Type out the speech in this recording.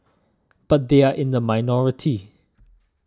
but they are in the minority